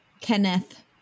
Kenneth